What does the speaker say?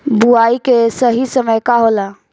बुआई के सही समय का होला?